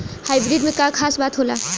Hybrid में का खास बात होला?